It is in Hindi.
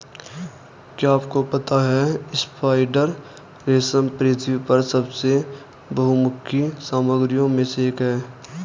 क्या आपको पता है स्पाइडर रेशम पृथ्वी पर सबसे बहुमुखी सामग्रियों में से एक है?